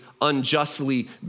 unjustly